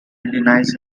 denies